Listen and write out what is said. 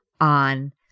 on